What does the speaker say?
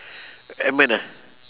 edmund ah